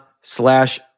slash